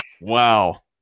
wow